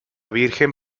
virgen